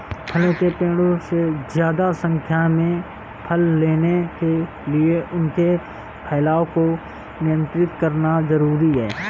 फलों के पेड़ों से ज्यादा संख्या में फल लेने के लिए उनके फैलाव को नयन्त्रित करना जरुरी है